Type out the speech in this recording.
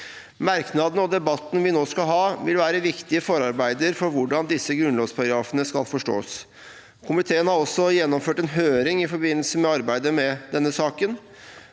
Merknadene og debatten vi nå skal ha, vil være viktige forarbeider for hvordan disse grunnlovsparagrafene skal forstås. Komiteen har også gjennomført en høring i forbindelse med arbeidet med denne saken.